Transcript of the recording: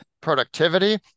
productivity